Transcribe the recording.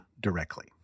directly